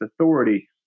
authority